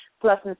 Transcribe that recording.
Plus